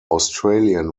australian